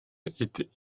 est